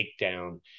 takedown